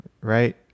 right